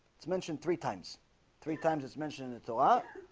it's mentioned three times three times. it's mentioned. it's a lot